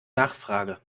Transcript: nachfrage